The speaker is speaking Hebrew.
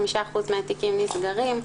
85% מהתיקים נסגרים,